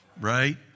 Right